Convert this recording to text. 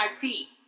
tea